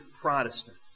Protestant